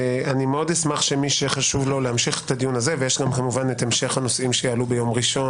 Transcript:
אשמח שמי שחשוב לו להמשיך את הדיון הזה בנוסף לנושאים החדשים,